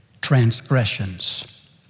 transgressions